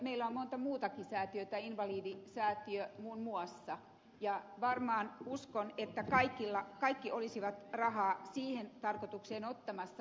meillä on monta muutakin säätiötä invalidisäätiö muun muassa ja uskon että kaikki olisivat varmaan rahaa siihen tarkoitukseen ottamassa